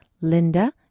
Linda